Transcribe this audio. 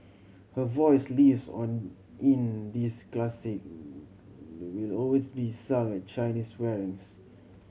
her voice lives on in this classic they will always be sung at Chinese weddings